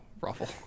Ruffle